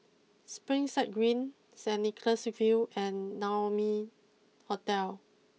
Springside Green Saint Nicholas view and Naumi Hotel